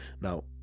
now